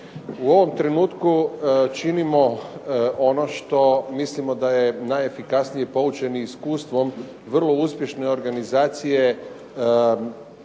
U ovom trenutku činimo ono što mislimo da je najefikasnije poučeni iskustvom vrlo uspješne organizacije